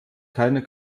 keine